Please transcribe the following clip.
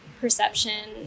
perception